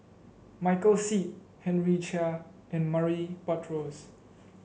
Michael Seet Henry Chia and Murray Buttrose